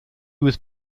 was